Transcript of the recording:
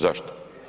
Zašto?